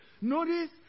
Notice